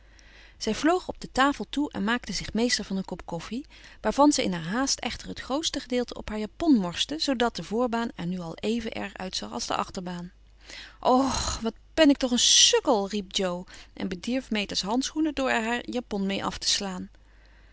zij vloog op de tafel toe en maakte zich meester van een kop koffie waarvan ze in haar haast echter het grootste gedeelte op haar japon morste zoodat de voorbaan er nu al even erg uitzag als de achterbaan och wat ben ik toch een sukkel riep jo en bedierf meta's handschoenen door er haar japon mee af te slaan